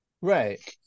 Right